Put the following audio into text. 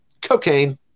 cocaine